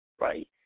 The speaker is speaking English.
right